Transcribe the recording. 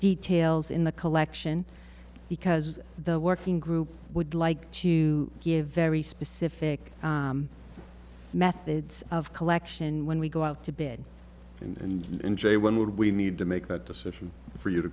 details in the collection because the working group would like to give very specific methods of collection when we go out to bid and in j when we need to make that decision for you to